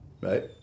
Right